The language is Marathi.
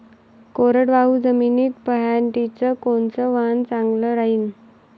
कोरडवाहू जमीनीत पऱ्हाटीचं कोनतं वान चांगलं रायीन?